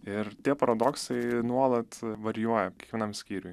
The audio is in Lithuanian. ir tie paradoksai nuolat varijuoja kiekvienam skyriuj